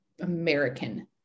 American